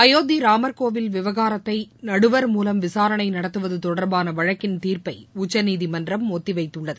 அயோத்தி ராமர்கோவில் விவகாரத்தை நடுவர் மூலம் விசாரணை நடத்துவது தொடர்பான வழக்கின் தீர்ப்பை உச்சநீதிமன்றம் ஒத்திவைத்துள்ளது